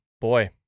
Boy